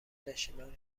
نشیمن